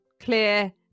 clear